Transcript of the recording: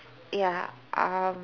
ya um